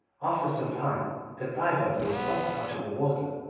after some time the diver rose up out of the water,